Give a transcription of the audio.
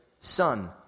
Son